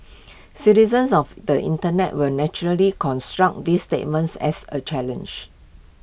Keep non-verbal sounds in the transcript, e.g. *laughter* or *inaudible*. *noise* citizens of the Internet will naturally construe this statement as A challenge